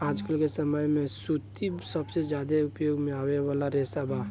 आजकल के समय में सूती सबसे ज्यादा उपयोग में आवे वाला रेशा बा